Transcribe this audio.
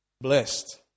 blessed